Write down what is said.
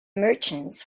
merchants